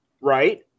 Right